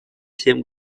всем